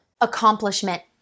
Accomplishment